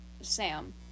Sam